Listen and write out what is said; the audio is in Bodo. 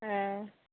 ए